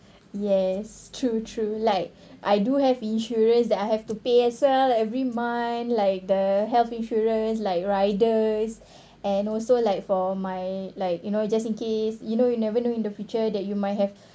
yes true true like I do have insurance that I have to pay as well every month like the health insurance like riders and also like for my like you know just in case you know you never know in the feature that you might have